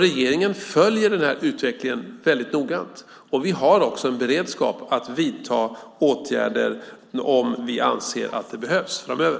Regeringen följer utvecklingen väldigt noggrant, och vi har också en beredskap att vidta åtgärder om vi anser att det behövs framöver.